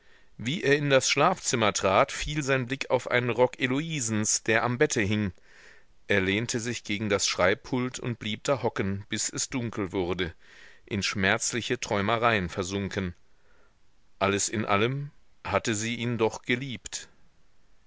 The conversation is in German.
wie er in das schlafzimmer trat fiel sein blick auf einen rock heloisens der am bette hing er lehnte sich gegen das schreibpult und blieb da hocken bis es dunkel wurde in schmerzliche träumereien versunken alles in allem hatte sie ihn doch geliebt